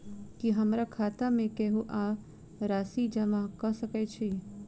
की हमरा खाता मे केहू आ राशि जमा कऽ सकय छई?